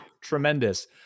tremendous